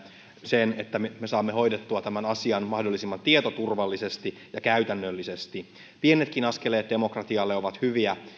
sen että me me saamme hoidettua tämän asian mahdollisimman tietoturvallisesti ja käytännöllisesti pienetkin askeleet demokratialle ovat hyviä